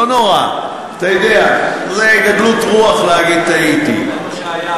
לא נורא, אתה יודע, זו גדלות רוח להגיד, טעיתי.